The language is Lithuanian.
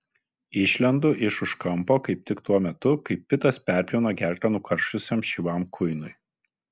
išlendu iš už kampo kaip tik tuo metu kai pitas perpjauna gerklę nukaršusiam šyvam kuinui